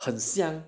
很香